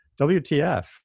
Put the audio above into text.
WTF